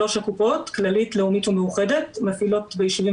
שלוש הקופות: כללית לאומית ומאוחדת מפעילות בישובים